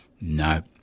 no